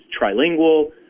trilingual